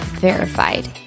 Verified